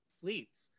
fleets